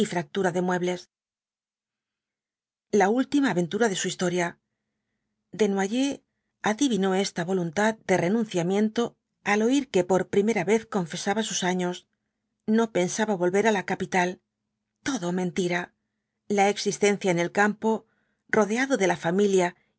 fractura de muebles la última aventura de su historia desnoyers adivinó esta voluntad de renunciamiento al oir que por primera vez confesaba sus años no pensaba volver á la capital todo mentira la existencia en el campo rodeado de la familia